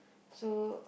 so